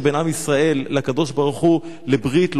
בין עם ישראל לקדוש-ברוך-הוא לברית,